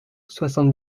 soixante